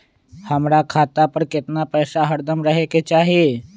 हमरा खाता पर केतना पैसा हरदम रहे के चाहि?